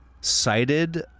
cited